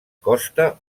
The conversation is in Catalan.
costa